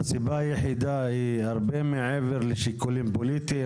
הסיבה היחידה היא הרבה מעבר לשיקולים פוליטיים.